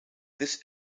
this